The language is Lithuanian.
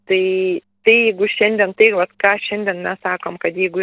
tai tai jeigu šiandien tai vat ką šiandien mes sakom kad jeigu